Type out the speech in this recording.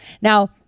Now